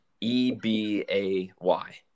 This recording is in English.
E-B-A-Y